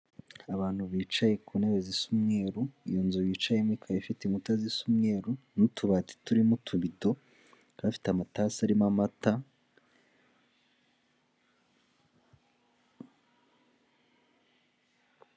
Abantu bicaye ku ntebe zisa umweru, iyo nzu bicayemo ikaba ifite inkuta zisa umweru, n'utubati turimo utubido, kaba abafite amatasi arimo amata.